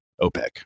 OPEC